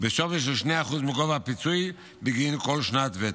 בשווי של 2% מגובה הפיצוי בגין כל שנת ותק.